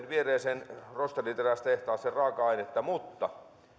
viereiseen rosteriterästehtaaseen raaka ainetta mutta